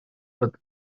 but